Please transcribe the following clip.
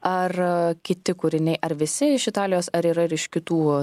ar kiti kūriniai ar visi iš italijos ar yra ir iš kitų